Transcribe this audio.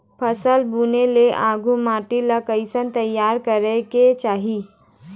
फसल बुने ले आघु माटी ला कइसे तियार करेक चाही?